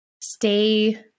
stay